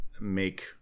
make